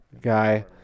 guy